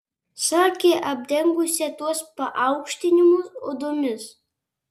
sakė apdengsią tuos paaukštinimus odomis